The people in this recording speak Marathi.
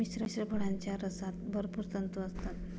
मिश्र फळांच्या रसात भरपूर तंतू असतात